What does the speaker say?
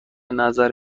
نظر